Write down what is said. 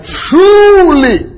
truly